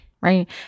right